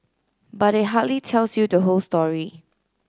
but it hardly tells you the whole story